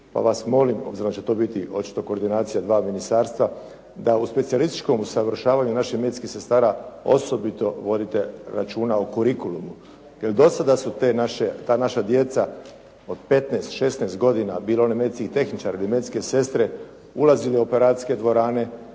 pa vas molim, obzirom da će to biti očito koordinacija dva ministarstva da o specijalističkom usavršavanju naših medicinskih sestara osobito vodite računa o kurikulumu jer do sada su ta naša djeca od 15, 16 godina, bili oni medicinski tehničar ili medicinske sestre ulazili u operacijske dvorane,